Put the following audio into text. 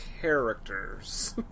characters